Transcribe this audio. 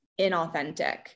inauthentic